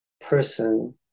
person